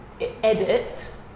edit